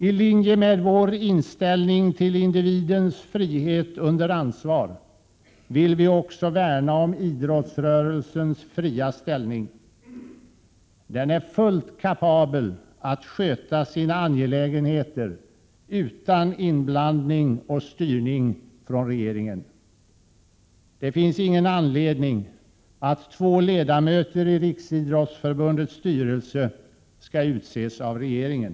I linje med vår inställning till individens frihet under ansvar vill vi också värna om idrottsrörelsens fria ställning. Den är fullt kapabel att sköta sina angelägenheter utan inblandning och styrning från regeringen. Det finns inget skäl till att två ledamöter i Riksidrottsförbundets styrelse skall utses av regeringen.